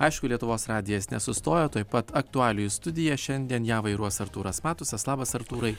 aišku lietuvos radijas nesustojo tuoj pat aktualijų studija šiandien ją vairuos artūras matusas labas artūrai